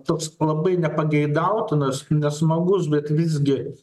toks labai nepageidautinas nesmagus bet visgi